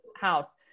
house